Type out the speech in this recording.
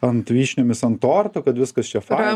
ant vyšniomis ant torto kad viskas čia faina